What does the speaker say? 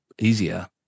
easier